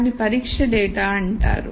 దానిని పరీక్ష డేటా అంటారు